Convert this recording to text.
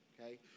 okay